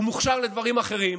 הוא מוכשר לדברים אחרים.